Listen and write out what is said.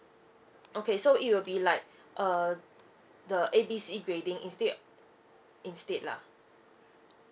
okay so it will be like uh the A B C grading instead instead lah